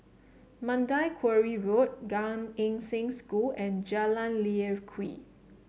Mandai Quarry Road Gan Eng Seng School and Jalan Lye Kwee